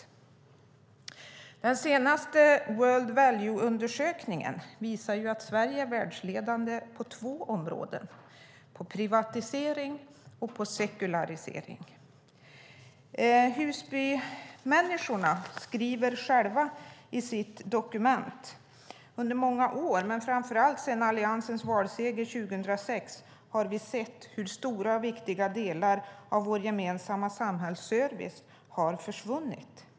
Den senaste World Values-undersökningen visar att Sverige är världsledande på två områden, nämligen privatisering och sekularisering. Husbymänniskorna skriver själva i sitt dokument att under många år, men framför allt sedan Alliansens valseger 2006, har de sett hur stora och viktiga delar av deras gemensamma samhällsservice har försvunnit.